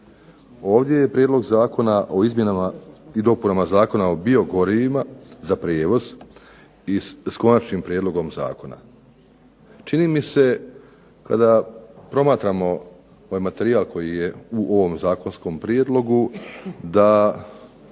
Ovdje je prijedlog zakona o izmjenama i dopunama Zakona o biogorivima za prijevoz s Konačnim prijedlogom zakona. Čini mi se kada promatramo ovaj materijal koji je u ovom Zakonskom prijedlogu da